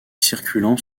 circulant